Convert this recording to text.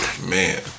Man